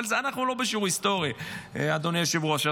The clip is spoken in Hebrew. אבל אנחנו לא בשיעור היסטוריה, אדוני היושב-ראש.